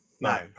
no